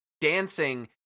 dancing